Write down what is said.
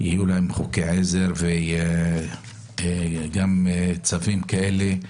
יהיו להן חוקי עזר וגם צווים כאלה,